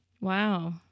Wow